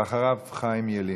ואחריו, חיים ילין.